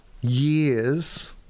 years